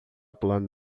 pulando